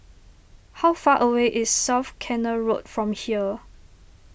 how far away is South Canal Road from here